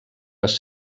les